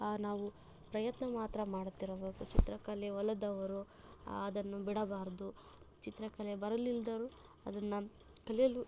ನಾವು ಪ್ರಯತ್ನ ಮಾತ್ರ ಮಾಡುತ್ತಿರಬೇಕು ಚಿತ್ರಕಲೆ ಒಲಿದವರು ಅದನ್ನು ಬಿಡಬಾರದು ಚಿತ್ರಕಲೆ ಬರಲಿಲ್ದವ್ರು ಅದನ್ನು ಕಲಿಯಲು